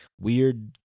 weird